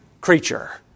creature